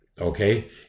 okay